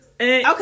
Okay